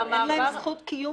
אין להם זכות קיום עצמאי.